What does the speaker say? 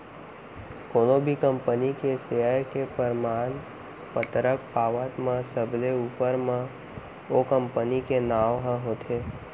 कोनो भी कंपनी के सेयर के परमान पतरक पावत म सबले ऊपर म ओ कंपनी के नांव ह होथे